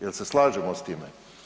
Jel se slažemo s time?